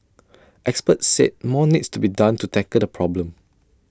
experts said more needs to be done to tackle the problem